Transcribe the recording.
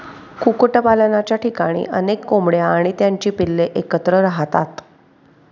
कुक्कुटपालनाच्या ठिकाणी अनेक कोंबड्या आणि त्यांची पिल्ले एकत्र राहतात